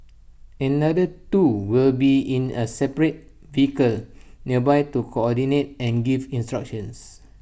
another two will be in A separate vehicle nearby to coordinate and give instructions